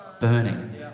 burning